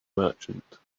merchant